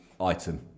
item